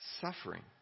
suffering